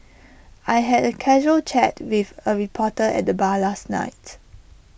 I had A casual chat with A reporter at the bar last night